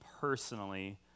personally